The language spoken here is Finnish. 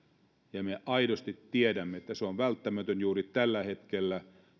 ja me aidosti tiedämme että se on välttämätöntä juuri tällä hetkellä